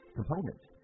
Components